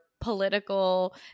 political –